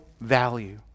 value